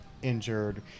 Injured